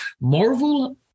Marvel